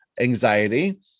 anxiety